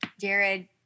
Jared